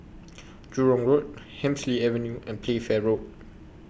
Jurong Road Hemsley Avenue and Playfair Road